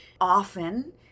Often